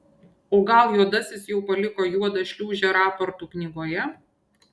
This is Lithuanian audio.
o gal juodasis jau paliko juodą šliūžę raportų knygoje